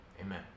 Amen